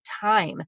time